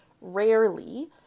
rarely